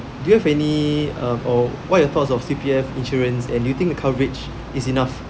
do you have any um or what are your thoughts of C_P_F insurance and do you think the coverage is enough